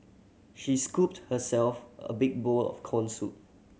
she scooped herself a big bowl of corn soup